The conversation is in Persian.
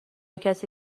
کسی